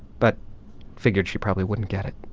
but figured she probably wouldn't get it